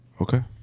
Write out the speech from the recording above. Okay